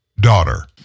daughter